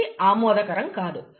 ఇది ఆమోదకరం కాదు